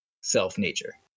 self-nature